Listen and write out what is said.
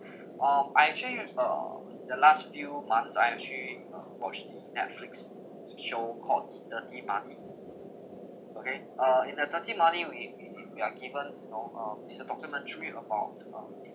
uh I actually uh the last few months I actually uh watch the Netflix show called the dirty money okay uh in the dirty money we we we you are given you know uh is a documentary about um